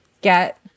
get